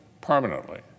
permanently